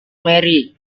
mary